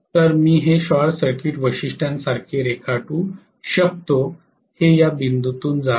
तर मी हे शॉर्ट सर्किट वैशिष्ट्यांसारखे रेखाटू शकतो हे या बिंदूतून जात आहे